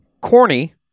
Corny